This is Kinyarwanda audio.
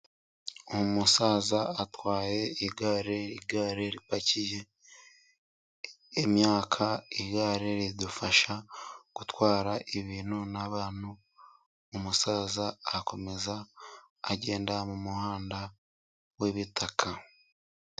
Umusaza atwaye igare. Igare ripakiye imyaka .Igare ridufasha gutwara ibintu n'abantu. Umusaza arakomeza agenda mu muhanda w'ibitaka.